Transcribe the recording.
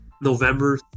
november